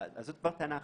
זו כבר טענה אחרת.